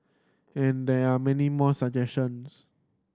and there are many more suggestions